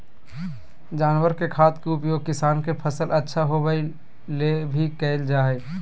जानवर के खाद के उपयोग किसान के फसल अच्छा होबै ले भी कइल जा हइ